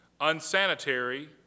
unsanitary